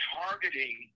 targeting